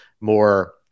more